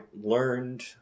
learned